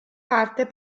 parte